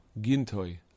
Gintoi